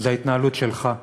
זאת ההתנהלות שלך.